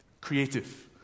Creative